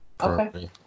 Okay